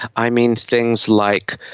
i mean things like,